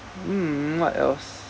um what else